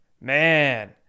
Man